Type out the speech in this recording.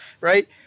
right